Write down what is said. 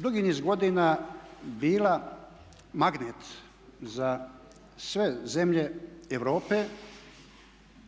dugi niz godina bila magnet za sve zemlje Europe